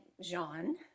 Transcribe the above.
Jean